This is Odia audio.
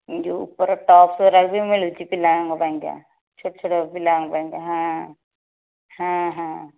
ଯେଉଁ ଉପର ଟପ୍ସ ଗୁଡ଼ାବି ମିଳୁଛି ପିଲାମାନଙ୍କ ପାଇଁକା ଛୋଟ ଛୋଟ ପିଲାମାନଙ୍କ ପାଇଁ ହଁ ହଁ ହଁ